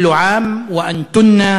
(אומר בערבית: מי ייתן וכל שנה